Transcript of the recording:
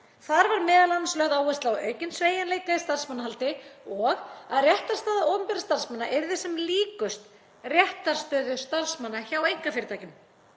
Þar var m.a. lögð áhersla á aukinn sveigjanleika í starfsmannahaldi og að réttarstaða opinberra starfsmanna yrði sem líkust réttarstöðu starfsmanna hjá einkafyrirtækjum.